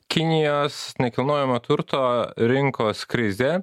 kinijos nekilnojamo turto rinkos krizė